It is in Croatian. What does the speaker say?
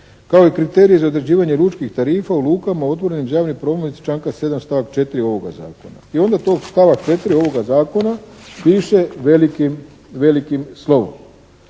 kao i kriterij za određivanje lučkih tarifa u lukama otvorenim za javni promet iz članka 7. stavak 4. ovoga zakona. I onda to stavak 4. ovoga zakona piše velikim slovom.